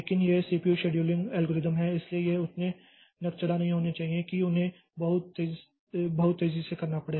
लेकिन ये CPU scheduling algorithm हैं इसलिए ये उतने नकचढ़ा नहीं होने चाहिए कि उन्हें इसे बहुत तेजी से करना पड़े